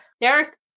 Derek